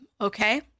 Okay